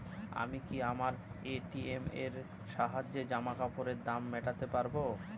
আমি কি আমার এ.টি.এম এর সাহায্যে জামাকাপরের দাম মেটাতে পারব?